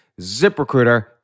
ZipRecruiter